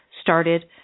started